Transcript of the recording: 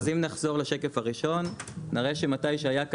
אז אם נחזור לשקף הראשון נראה שמתי שהיה את